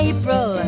April